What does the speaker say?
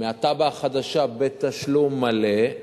מהתב"ע החדשה בתשלום מלא,